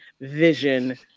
vision